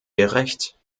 gerecht